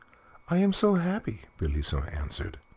i am so happy, bellissima answered